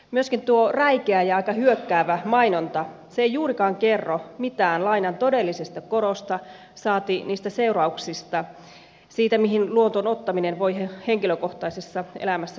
myöskin tuo räikeä ja aika hyökkäävä mainonta se ei juurikaan kerro mitään lainan todellisesta korosta saati niistä seurauksista siitä mihin luoton ottaminen voi henkilökohtaisessa elämässä johtaa